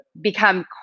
become